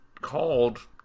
called